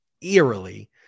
eerily